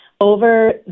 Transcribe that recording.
over